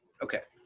okay.